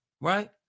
Right